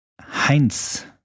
Heinz